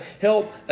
help